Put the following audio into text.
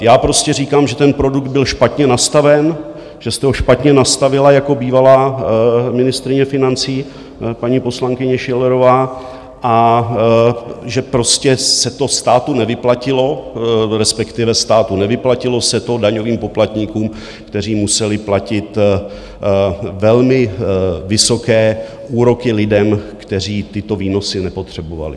Já prostě říkám, že ten produkt byl špatně nastaven, že jste ho špatně nastavila jako bývalá ministryně financí, paní poslankyně Schillerová, a že prostě se to státu nevyplatilo, respektive státu, nevyplatilo se to daňovým poplatníkům, kteří museli platit velmi vysoké úroky lidem, kteří tyto výnosy nepotřebovali.